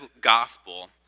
gospel